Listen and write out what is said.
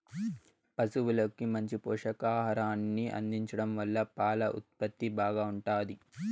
పసువులకు మంచి పోషకాహారాన్ని అందించడం వల్ల పాల ఉత్పత్తి బాగా ఉంటాది